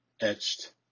etched